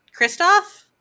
Kristoff